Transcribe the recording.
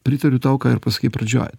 pritariu tau ką ir pasakei pradžioj